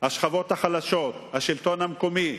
השכבות החלשות, השלטון המקומי.